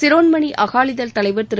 சிரோன்மணி அகாளிதள் தலைவர் திரு